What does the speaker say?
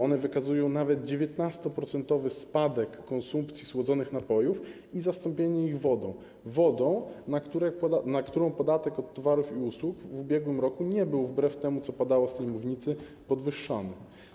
One wykazują nawet 19-procentowy spadek konsumpcji słodzonych napojów i zastąpienie ich wodą, wodą, na którą podatek od towarów i usług w ubiegłym roku nie był, wbrew temu, co padało z tej mównicy, podwyższany.